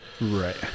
Right